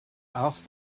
asked